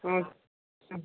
अच्छा